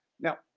Now